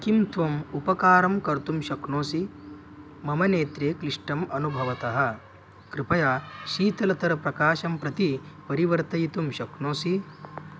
किं त्वम् उपकारं कर्तुं शक्नोषि मम नेत्रे क्लिष्टम् अनुभवतः कृपया शीतलतरप्रकाशं प्रति परिवर्तयितुं शक्नोषि